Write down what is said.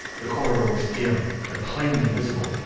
the corridor was dim, but plainly visible,